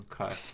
Okay